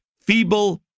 Feeble